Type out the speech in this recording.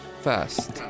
first